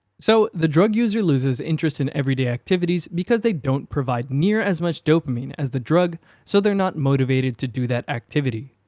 so, the drug user loses interest in everyday activities because they don't provide near as much dopamine as the drug so they're not motivated to do that activity.